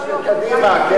תודה רבה.